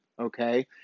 okay